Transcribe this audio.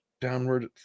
downward